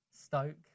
Stoke